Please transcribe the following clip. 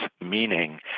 meaning